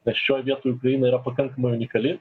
nes šioj vietoj ukraina yra pakankamai unikali